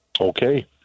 Okay